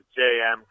JM